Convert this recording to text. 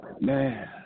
Man